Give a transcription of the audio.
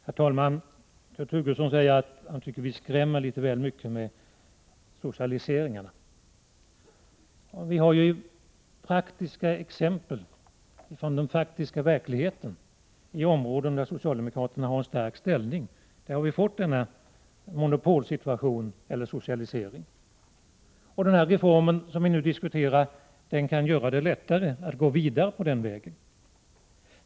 Herr talman! Kurt Hugosson tycker att vi skrämmer väl mycket med socialiseringarna. Men vi har praktiska exempel från den faktiska verkligheten. I områden där socialdemokraterna har en stark ställning har vi fått en monopolsituation, eller socialisering. Den reform som vi nu diskuterar kan göra det lättare att gå vidare i denna riktning.